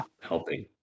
helping